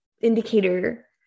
indicator